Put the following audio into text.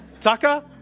Tucker